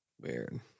Weird